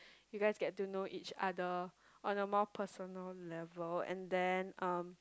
you guys get to know each other on a more personal level and then um